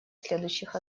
следующих